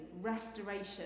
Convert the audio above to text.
restoration